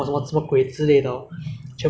新加坡不是一个给